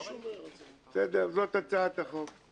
זאת הצעת החוק.